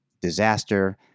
disaster